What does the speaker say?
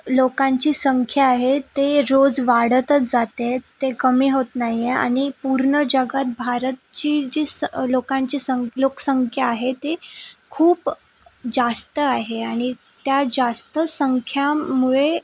लोकांची संख्या आहे ते रोज वाढतच जात आहे ते कमी होत नाही आहे आणि पूर्ण जगात भारतची जी संख् लोकांची संख्या लोकसंख्या आहे ती खूप जास्त आहे आणि त्या जास्त संख्येमुळे